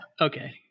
Okay